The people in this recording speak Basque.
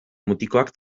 mutikoak